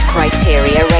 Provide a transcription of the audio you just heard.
Criteria